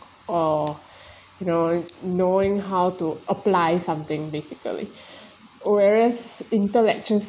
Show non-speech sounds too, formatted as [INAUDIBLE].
or you know knowing how to apply something basically [BREATH] whereas intellectuals